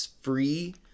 free